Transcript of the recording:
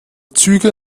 züge